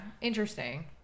interesting